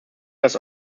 dass